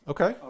Okay